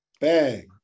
Bang